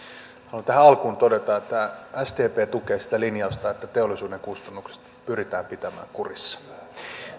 tähän alkuun todeta että sdp tukee sitä linjausta että teollisuuden kustannukset pyritään pitämään kurissa